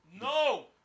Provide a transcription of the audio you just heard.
No